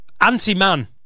Anti-man